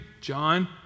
John